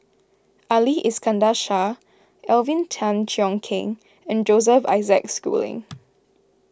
Ali Iskandar Shah Alvin Tan Cheong Kheng and Joseph Isaac Schooling